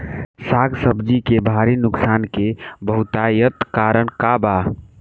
साग सब्जी के भारी नुकसान के बहुतायत कारण का बा?